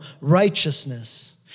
righteousness